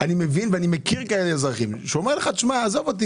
ואני מכיר אזרחים כאלה.